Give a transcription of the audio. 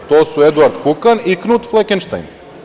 To su Eduard Kukan i Knut Flekenštajn.